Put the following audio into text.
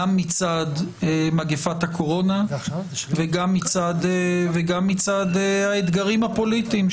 גם מצד מגפת הקורונה וגם מצד האתגרים הפוליטיים,